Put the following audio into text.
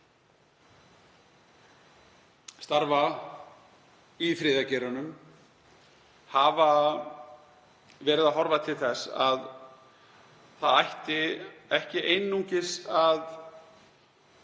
starfa í þriðja geiranum hafa verið að horfa til þess að það ætti ekki einungis að